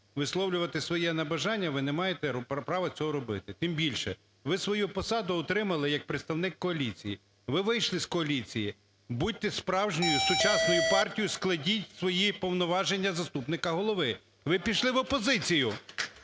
висловлювати своє небажання, ви не маєте право цього робити. Тим більше ви свою посаду отримали як представник коаліції. Ви вийшли з коаліції, будьте справжньою сучасною партією, складіть свої повноваження заступника Голови. Ви пішли в опозицію.